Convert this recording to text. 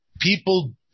people